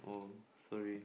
oh sorry